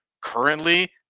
currently